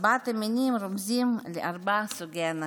ארבעת המינים רומזים לארבעה סוגי אנשים.